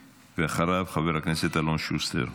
ואחריו, חבר הכנסת אלון שוסטר.